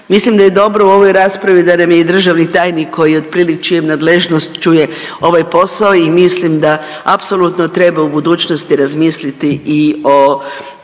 Mislim da je dobro u ovoj raspravi da nam je i državni tajnik koji čija nadležnost čuje ovaj posao i mislim da apsolutno treba u budućnosti razmisliti i o